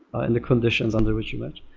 and the conditions under which you match.